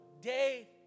day